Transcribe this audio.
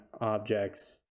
objects